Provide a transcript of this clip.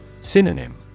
Synonym